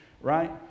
right